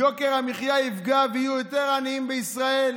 יוקר המחיה יפגע, ויהיו יותר עניים בישראל,